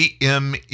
AME